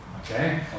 okay